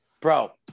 bro